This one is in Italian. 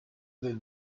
del